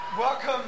Welcome